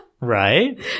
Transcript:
right